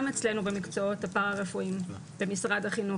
אצלנו במקצועות הפרא רפואיים במשרד החינוך,